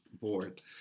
board